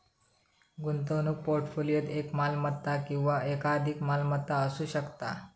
गुंतवणूक पोर्टफोलिओत एक मालमत्ता किंवा एकाधिक मालमत्ता असू शकता